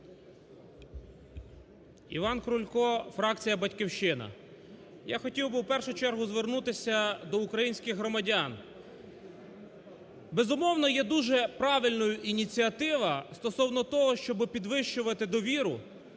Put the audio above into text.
Іван Крулько, фракція "Батьківщина". Я хотів би в першу чергу звернутися до українських громадян. Безумовно, є дуже правильною ініціатива стосовно того, щоб підвищувати довіру